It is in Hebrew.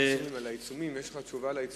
אבל יש לך תשובה בקשר לעיצומים?